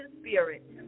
spirit